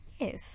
yes